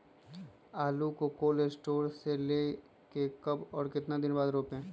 आलु को cold store से ले के कब और कितना दिन बाद रोपे?